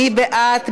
מי בעד?